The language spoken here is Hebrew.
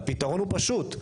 והפתרון הוא פשוט.